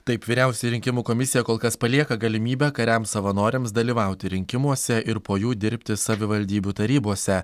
taip vyriausioji rinkimų komisija kol kas palieka galimybę kariams savanoriams dalyvauti rinkimuose ir po jų dirbti savivaldybių tarybose